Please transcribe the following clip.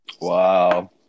Wow